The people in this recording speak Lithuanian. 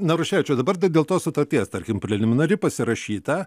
naruševičiau dabar dėl tos sutarties tarkim preliminari pasirašyta